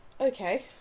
Okay